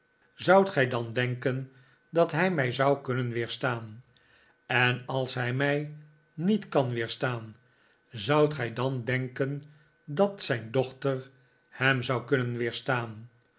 zoudt gij dan denken dat hij mij zou kunnen weerstaan en als hij mij niet kan weerstaan zoudt gij dan denken dat zijn dochter hem zou kunnen